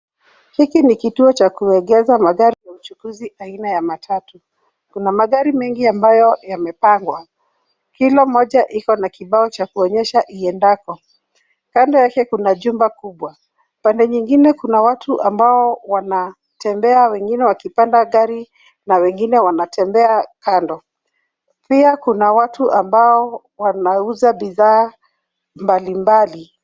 Hiki ni kituo cha kuegesha magari ya uchukuzi aina ya matatu. Kuna magari mengi ambayo yamepangwa, kila moja iko na kibao cha kuonyesha iendako. Kando yake kuna jumba kubwa, pande nyingine kuna watu ambao wanatembea wengine wakipanda gari na wengine wanatembea kando. Pia kuna watu ambao wanauza bidhaa mbalimbali.